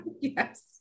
Yes